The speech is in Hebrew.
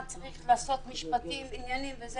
מה צריך לעשות משפטית וכו'.